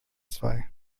zwei